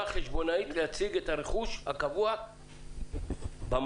החשבונאית להציג את הרכוש הקבוע במאזנים,